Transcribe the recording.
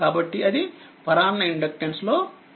కాబట్టి అది పరాన్న ఇండక్టెన్స్లో ఉంటుంది